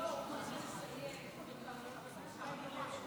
אדוני היושב-ראש, אדוני השר,